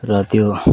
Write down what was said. र त्यो